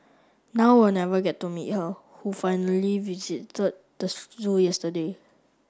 now we'll never get to meet her who finally visited the zoo yesterday